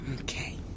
Okay